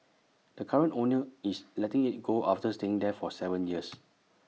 the current owner is letting IT go after staying there for Seven years